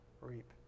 reap